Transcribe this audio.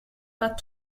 pas